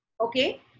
Okay